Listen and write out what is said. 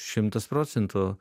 šimtas procentų